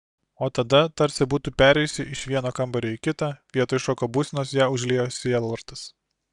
o tada tarsi būtų perėjusi iš vieno kambario į kitą vietoj šoko būsenos ją užliejo sielvartas